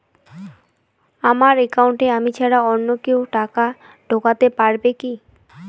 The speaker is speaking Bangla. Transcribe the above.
আমার একাউন্টে আমি ছাড়া অন্য কেউ টাকা ঢোকাতে পারবে কি?